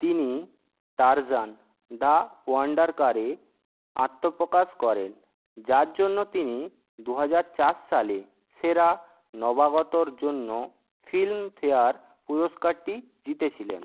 তিনি Tarzan the wonder car এ আত্মপ্রকাশ করেন যার জন্য তিনি দু হাজার চার সালে সেরা নবাগত র জন্য ফিল্মফেয়ার পুরস্কারটি জিতেছিলেন